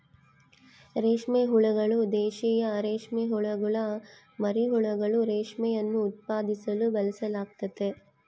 ರೇಷ್ಮೆ ಹುಳುಗಳು, ದೇಶೀಯ ರೇಷ್ಮೆಹುಳುಗುಳ ಮರಿಹುಳುಗಳು, ರೇಷ್ಮೆಯನ್ನು ಉತ್ಪಾದಿಸಲು ಬಳಸಲಾಗ್ತತೆ